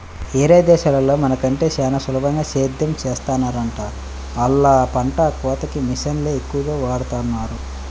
యేరే దేశాల్లో మన కంటే చానా సులభంగా సేద్దెం చేత్తన్నారంట, ఆళ్ళు పంట కోతకి మిషన్లనే ఎక్కువగా వాడతన్నారు